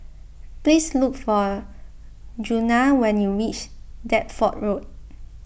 please look for Djuna when you reach Deptford Road